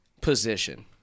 position